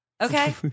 Okay